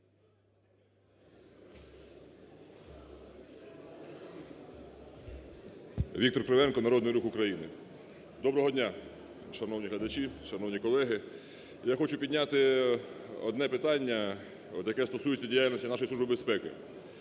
Віктор Кривенко, Народний Рух України. Доброго дня, шановні глядачі, шановні колеги! Я хочу підняти одне питання, от яке стосується діяльності нашої Служби безпеки,